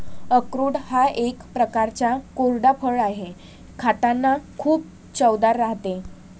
अक्रोड हा एक प्रकारचा कोरडा फळ आहे, खातांना खूप चवदार राहते